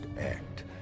act